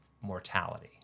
mortality